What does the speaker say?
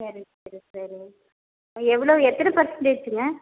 சரி சரி சரி எவ்வளோ எத்தனை பர்சண்டேஜுங்க